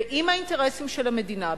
ואם האינטרסים של המדינה,